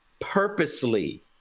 purposely